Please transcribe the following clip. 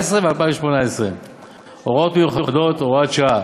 ו-2018 (הוראות מיוחדות) (הוראת שעה),